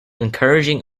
encouraging